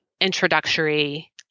introductory